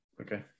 okay